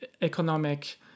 Economic